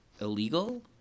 illegal